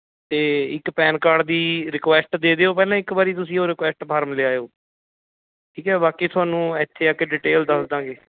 ਅਤੇ ਇੱਕ PAN card ਦੀ ਰਿਕੁਐਸਟ ਦੇ ਦਿਓ ਪਹਿਲਾਂ ਇੱਕ ਵਾਰੀ ਤੁਸੀਂ ਉਹ ਰਿਕੁਐਸਟ ਫਾਰਮ ਲੈ ਆਉ ਠੀਕ ਹੈ ਬਾਕੀ ਤੁਹਾਨੂੰ ਇੱਥੇ ਆ ਕੇ ਡਿਟੇਲ ਦੱਸ ਦੇਵਾਂਗੇ